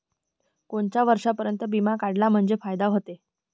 कोनच्या वर्षापर्यंत बिमा काढला म्हंजे फायदा व्हते?